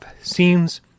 scenes